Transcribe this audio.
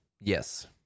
Yes